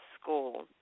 school